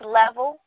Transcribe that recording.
level